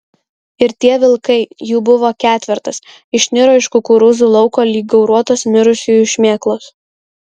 ir tie vilkai jų buvo ketvertas išniro iš kukurūzų lauko lyg gauruotos mirusiųjų šmėklos